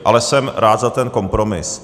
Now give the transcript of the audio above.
Ale jsem rád za ten kompromis.